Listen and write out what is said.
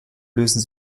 lösen